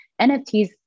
nfts